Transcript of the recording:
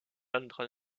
entre